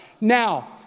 now